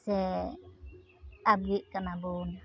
ᱥᱮ ᱟᱵᱽᱜᱮᱜ ᱠᱟᱱᱟ ᱵᱚᱱ